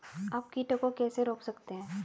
आप कीटों को कैसे रोक सकते हैं?